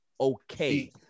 okay